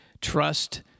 trust